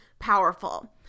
powerful